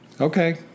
okay